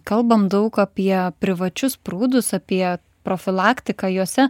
kalbam daug apie privačius prūdus apie profilaktiką juose